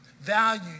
value